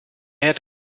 had